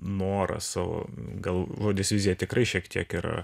norą savo gal žodis vizija tikrai šiek tiek yra